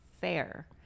fair